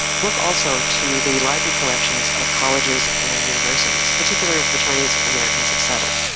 look also to the library collections of colleges and universities, particularly where chinese-americans have settled.